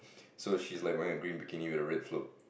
so she's like wearing a green bikini with a red float